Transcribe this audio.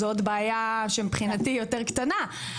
זו בעיה שמבחינתי יותר קטנה.